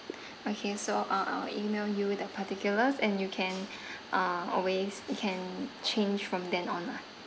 okay so uh I will email you the particulars and you can uh always you can change from then on lah